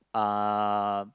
um